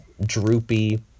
droopy